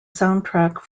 soundtrack